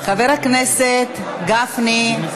כי הונח היום על שולחן הכנסת דין וחשבון מס' 24,